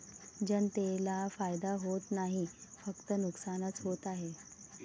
जनतेला फायदा होत नाही, फक्त नुकसानच होत आहे